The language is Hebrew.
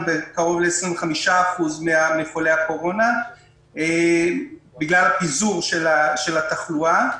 בקרוב ל-25% מחולי הקורונה בגלל הפיזור של התחלואה.